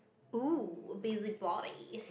oh busybody